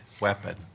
weapon